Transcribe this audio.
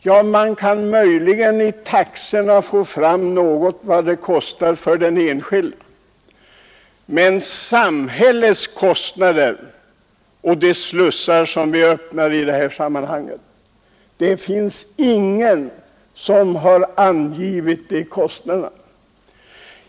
Ja, man kan möjligen i taxorna få fram något om vad det kostar för den enskilde. Men det finns ingen som har angivit samhällets kostnader till följd av de slussar som vi öppnar i detta sammanhang.